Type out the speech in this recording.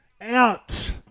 Out